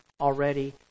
already